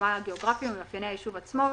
ממיקומה הגאוגרפי ומאפייני היישוב עצמו,